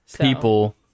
people